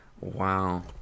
Wow